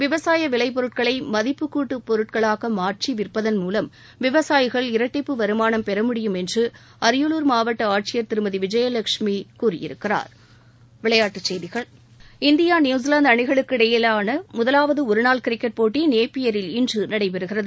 விவசாய விளைபொருட்களை மதிப்புகூட்டு பொருட்களாக மாற்றி விற்பதன் மூலம் விவசாயிகள் இரட்டிப்பு வருமானம் பெற முடியும் என்று அரியலூர் மாவட்ட ஆட்சியர் திருமதி விஜயலெட்சும் கூறியிருக்கிறார் இந்தியா நியூஸிலாந்து அணிகளுக்கு இடையிலான முதலாவது ஒருநாள் கிரிக்கெட் போட்டி நேப்பியரில் இன்று நடைபெறுகிறது